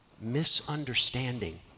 misunderstanding